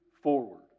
forward